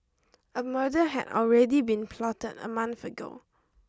a murder had already been plotted a month ago